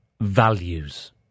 values